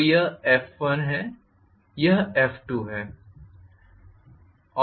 तो यह F1 है यह F2 है